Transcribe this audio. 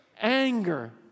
anger